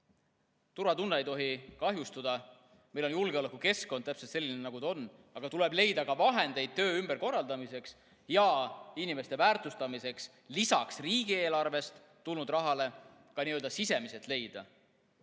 Turvatunne ei tohi kahjustuda. Meil on julgeolekukeskkond täpselt selline, nagu ta on. Aga tuleb leida ka vahendeid töö ümberkorraldamiseks ja inimeste väärtustamiseks, lisaks riigieelarvest tulnud rahale leida ka nii-öelda sisemised